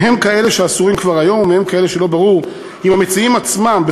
מהם כאלה שאסורים כבר היום ומהם כאלה שלא ברור אם המציעים עצמם,